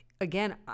again